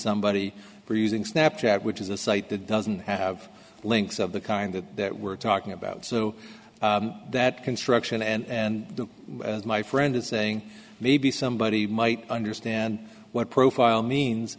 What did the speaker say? somebody for using snap chat which is a site that doesn't have links of the kind that we're talking about so that construction and as my friend is saying maybe somebody might understand what profile means